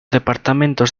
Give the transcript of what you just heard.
departamentos